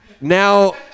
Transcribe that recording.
now